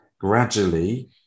gradually